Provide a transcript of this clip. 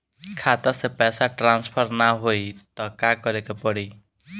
खाता से पैसा टॉसफर ना होई त का करे के पड़ी?